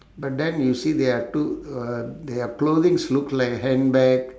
but then you see there are two uh their clothings look like a handbag